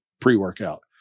pre-workout